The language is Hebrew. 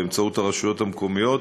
באמצעות הרשויות המקומיות,